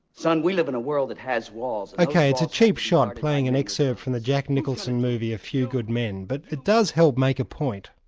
son we live in a world that has wars. okay, it's a cheap shot, playing an excerpt from a jack nicholson movie, a few good men, but it does help make a point.